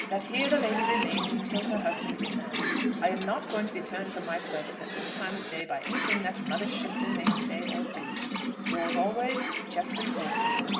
that here the lady remains until her husband returns. i am not going to be turned from my purpose at this time of day by anything that mother shipton may say or do yours always, jeffrey wortle.